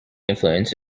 influence